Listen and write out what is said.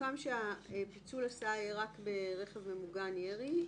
סוכם שפיצול הסעה יהיה רק ברכב ממוגן ירי,